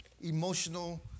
emotional